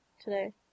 today